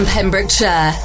Pembrokeshire